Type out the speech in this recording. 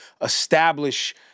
establish